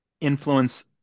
influence